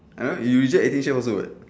I don't know you reject eighteen chef also [what]